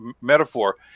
metaphor